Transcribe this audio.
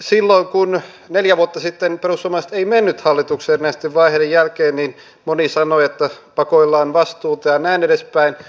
silloin kun neljä vuotta sitten perussuomalaiset ei mennyt hallitukseen erinäisten vaiheiden jälkeen moni sanoi että pakoillaan vastuuta ja näin edespäin